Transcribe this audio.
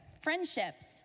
Friendships